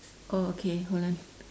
oh okay hold on